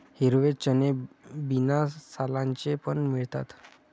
हिरवे चणे बिना सालांचे पण मिळतात